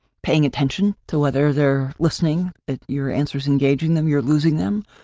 paying attention to whether they're listening that your answers engaging them, you're losing them?